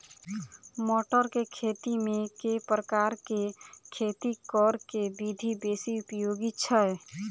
मटर केँ खेती मे केँ प्रकार केँ खेती करऽ केँ विधि बेसी उपयोगी छै?